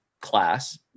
class